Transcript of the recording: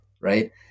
right